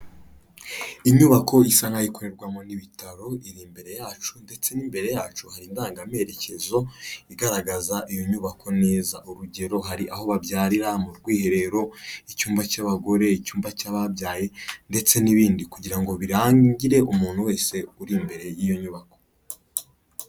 Inyubako isa nk'aho ikorerwamo n'ibitaro iri imbere yacu ndetse n'imbere yacu hari indangamerekezo igaragaza iyo nyubako neza, urugero hari aho babyarira mu rwiherero icyumba cy'abagore icyumba cy'ababyaye ndetse n'ibindi kugira ngo birangire umuntu wese uri imbere y'iyo nyubako.